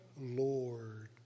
Lord